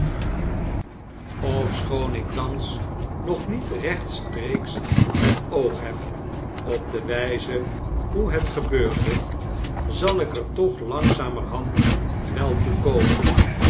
ofschoon ik thans nog niet rechtstreeks het oog heb op de wyze hoe het gebeurde zal ik er toch langzamerhand wel